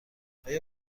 آیا